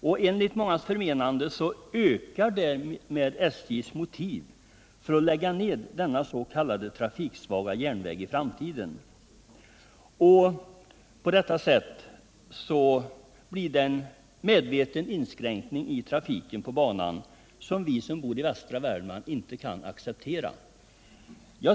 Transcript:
Och enligt mångas förmenande ökar därmed SJ:s motiv för att senare lägga ned denna s.k. trafiksvaga järnväg. Det blir med andra ord en medveten inskränkning i trafiken på banan, och det kan vi i västra Värmland inte acceptera.